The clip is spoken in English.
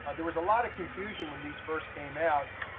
and there was a lot of confusion when these first came out,